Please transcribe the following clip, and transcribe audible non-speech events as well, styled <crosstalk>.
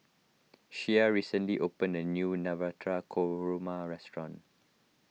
Shea recently opened a new <unintelligible> Korma restaurant